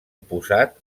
oposat